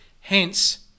Hence